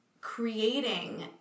creating